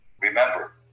Remember